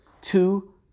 two